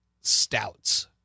stouts